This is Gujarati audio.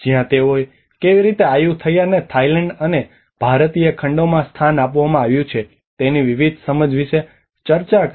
જ્યાં તેઓએ કેવી રીતે આયુથૈયા ને થાઇલેન્ડ અને ભારતીય ખંડોમાં સ્થાન આપવામાં આવ્યું છે તેની વિવિધ સમજ વિશે ચર્ચા કરી